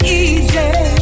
easy